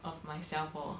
of myself lor